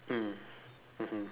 mm mmhmm